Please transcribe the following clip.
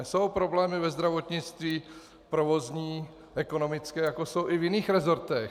Jsou problémy ve zdravotnictví, provozní, ekonomické, jako jsou i v jiných resortech.